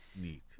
Neat